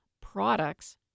products